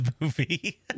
movie